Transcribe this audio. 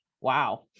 Wow